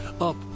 up